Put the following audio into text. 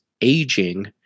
aging